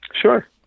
Sure